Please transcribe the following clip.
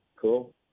Cool